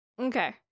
okay